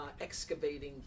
excavating